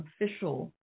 official